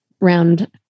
round